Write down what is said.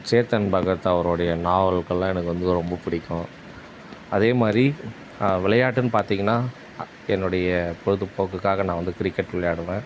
சேத்தன் பகத் அவருடைய நாவல்களெலாம் எனக்கு வந்து ரொம்ப பிடிக்கும் அதேமாதிரி விளையாட்டுன்னு பார்த்தீங்கன்னா என்னுடைய பொழுதுபோக்குக்காக நான் வந்து கிரிக்கெட் விளையாடுவேன்